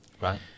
Right